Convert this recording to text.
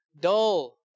dull